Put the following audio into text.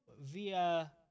via